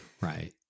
Right